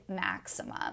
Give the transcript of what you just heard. maximum